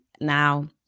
now